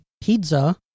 Pizza